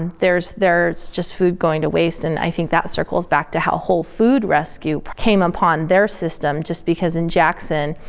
there is just food going to waste and i think that circles back to how hole food rescue came upon their system just because in jackson,